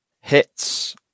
hits